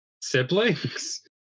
siblings